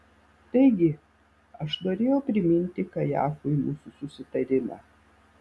taigi aš norėjau priminti kajafui mūsų susitarimą